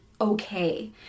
okay